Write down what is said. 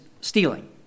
stealing